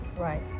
Right